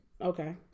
okay